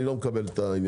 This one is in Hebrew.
אני לא מקבל את העניין.